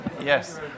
Yes